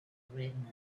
written